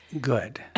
Good